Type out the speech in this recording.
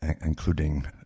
including